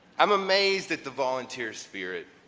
i'm amazed at the volunteer spirit.